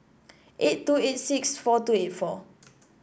eight two eight six four two eight four